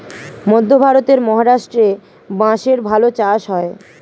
মধ্যে ভারতের মহারাষ্ট্রে বাঁশের ভালো চাষ হয়